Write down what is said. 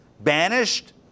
banished